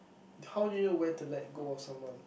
how do you know when to let go of someone